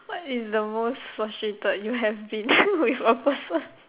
what is the most frustrated you have been with a person